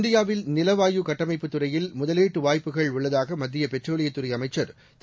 இந்தியாவில் நிலவாயு கட்டமைப்புத் துறையில் முதலீட்டு வாய்ப்புகள் உள்ளதாக மத்திய பெட்ரோலியத் துறை அமைச்சர் திரு